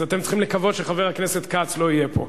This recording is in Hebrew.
אז אתם צריכים לקוות שחבר הכנסת כץ לא יהיה פה.